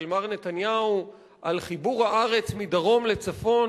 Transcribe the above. מר נתניהו על חיבור הארץ מדרום לצפון.